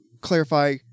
clarify